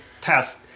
test